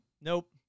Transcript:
nope